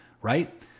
Right